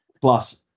plus